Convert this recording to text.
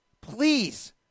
Please